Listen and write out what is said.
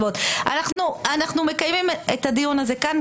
אנחנו מקיימים את הדיון הזה כאן,